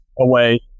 away